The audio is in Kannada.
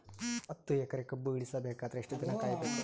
ಹತ್ತು ಎಕರೆ ಕಬ್ಬ ಇಳಿಸ ಬೇಕಾದರ ಎಷ್ಟು ದಿನ ಕಾಯಿ ಬೇಕು?